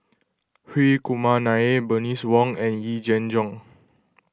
Hri Kumar Nair Bernice Wong and Yee Jenn Jong